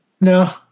No